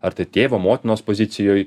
ar tai tėvo motinos pozicijoj